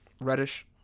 Reddish